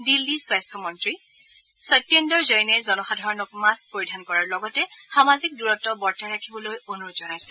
দিল্লী স্বাস্য মন্ত্ৰী সত্যেন্দৰ জৈইনে জনসাধাৰণক মাস্থ পৰিধান কৰাৰ লগতে সামাজিক দূৰত্ব বৰ্তাই ৰাখিবলৈ অনুৰোধ জনাইছে